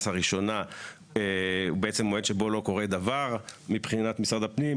הראשונה הוא בעצם מועד שבו לא קורה דבר מבחינת משרד הפנים.